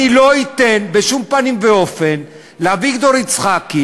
אני לא אתן בשום פנים ואופן לאביגדור יצחקי